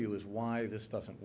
you is why this doesn't